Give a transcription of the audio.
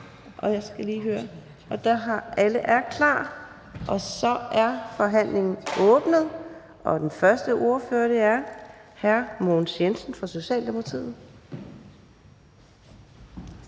på de forreste rækker. Alle er klar, og så er forhandlingen åbnet. Den første ordfører er hr. Mogens Jensen fra Socialdemokratiet.